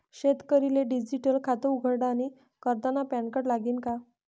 शेतकरीले डिजीटल खातं उघाडानी करता पॅनकार्ड लागी का?